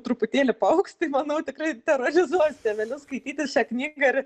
truputėlį paaugs tai manau tikrai terorizuos tėvelius skaityti šią knygą ir